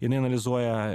jinai analizuoja